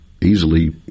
easily